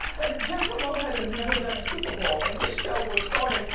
like, jennifer lopez has never done a super bowl and this show was starting,